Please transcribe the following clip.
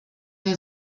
der